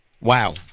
Wow